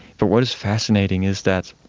but what is fascinating is that